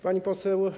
Pani Poseł!